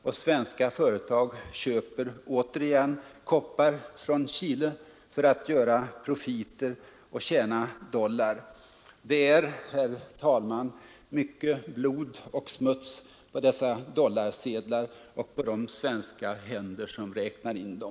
Och svenska företag köper återigen koppar från Chile för att göra profiter och tjäna dollar. Det är, herr talman, mycket blod och smuts på dessa dollarsedlar och på de svenska händer som räknar in dem.